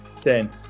Ten